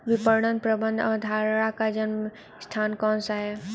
विपणन प्रबंध अवधारणा का जन्म स्थान कौन सा है?